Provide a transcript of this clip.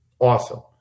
Awesome